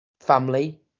family